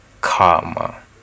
karma